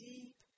Deep